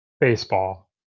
baseball